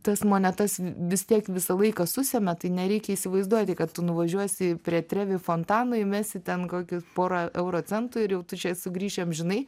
tas monetas vis tiek visą laiką susemia tai nereikia įsivaizduoti kad tu nuvažiuosi prie trevi fontano įmesti ten kokių pora euro centų ir jau tu čia sugrįši amžinai